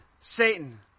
Satan